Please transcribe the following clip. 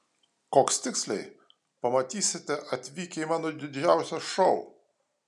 koks tiksliai pamatysite atvykę į mano didžiausią šou